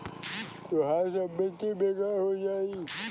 तोहार संपत्ति बेकार हो जाई